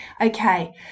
Okay